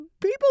People